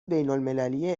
بینالمللی